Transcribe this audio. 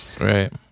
Right